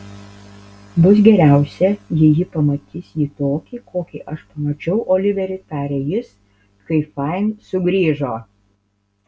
bus geriausia jei ji pamatys jį tokį kokį aš pamačiau oliverį tarė jis kai fain sugrįžo